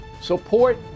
support